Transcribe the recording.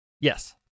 Yes